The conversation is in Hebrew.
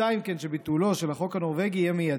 מוצע אם כן, שביטולו של החוק הנורבגי יהיה מיידי.